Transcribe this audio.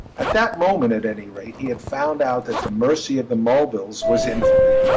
at that moment, at any rate, he had found out that the mercy of the mulvilles was infinite.